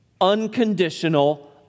unconditional